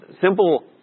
Simple